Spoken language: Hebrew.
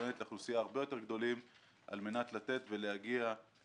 הרבה יותר גדולים פרופורציונית לאוכלוסייה על מנת לתת ולהגיע